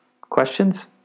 Questions